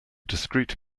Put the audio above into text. discrete